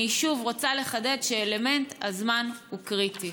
אני שוב רוצה לחדד שאלמנט הזמן הוא קריטי.